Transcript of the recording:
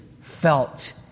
felt